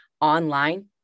online